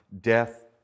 death